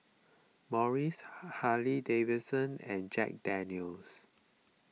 Morries Harley Davidson and Jack Daniel's